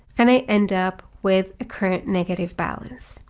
and i end up with a current negative balance.